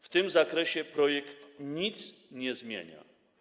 W tym zakresie projekt nic nie zmienia.